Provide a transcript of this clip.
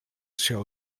show